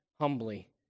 humbly